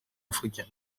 africain